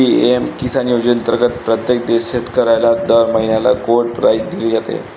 PM Kisan योजनेअंतर्गत प्रत्येक शेतकऱ्याला दर महिन्याला कोड प्राईज दिली जाते